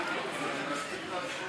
ההסתייגות (43) של קבוצת סיעת הרשימה המשותפת,